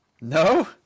No